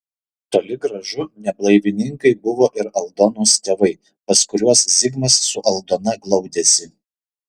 toli gražu ne blaivininkai buvo ir aldonos tėvai pas kuriuos zigmas su aldona glaudėsi